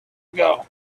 ago